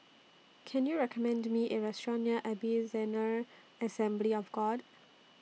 Can YOU recommend Me A Restaurant near Ebenezer Assembly of God